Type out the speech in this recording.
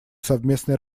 совместной